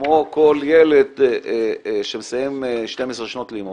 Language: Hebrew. כמו כל ילד שמסיים 12 שנות לימוד,